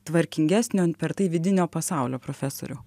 tvarkingesnio per tai vidinio pasaulio profesoriau